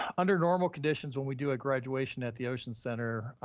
under normal conditions when we do a graduation at the ocean center,